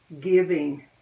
giving